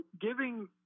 giving